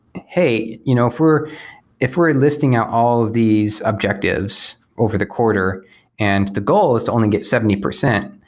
hey, you know if we're if we're listing out all of these objectives over the quarter and the goal is to only get seventy percent,